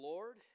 Lord